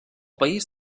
país